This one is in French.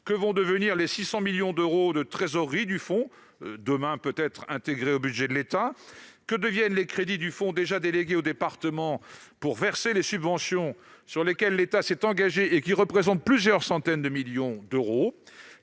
Que fera-t-on des 600 millions d'euros de trésorerie du fonds s'il est intégré au budget de l'État ? Que deviendront les crédits déjà délégués aux départements pour verser les subventions sur lesquels l'État s'est engagé et qui représentent plusieurs centaines de millions d'euros ?